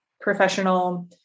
professional